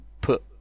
put